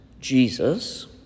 jesus